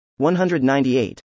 198